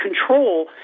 control